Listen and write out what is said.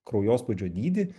kraujospūdžio dydį